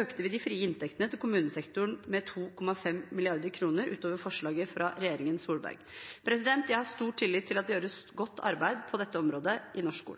økte vi de frie inntektene til kommunesektoren med 2,5 mrd. kr utover forslaget fra regjeringen Solberg. Jeg har stor tillit til at det gjøres et godt arbeid på dette området i norsk